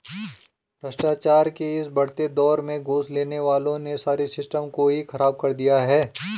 भ्रष्टाचार के इस बढ़ते दौर में घूस लेने वालों ने सारे सिस्टम को ही खराब कर दिया है